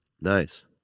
Nice